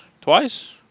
twice